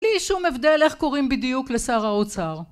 בלי שום הבדל איך קוראים בדיוק לשר האוצר